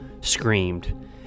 screamed